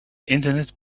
internet